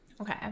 Okay